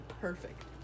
perfect